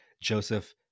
Joseph